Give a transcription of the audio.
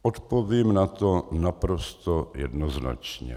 Odpovím na to naprosto jednoznačně.